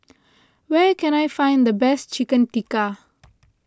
where can I find the best Chicken Tikka